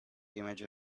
image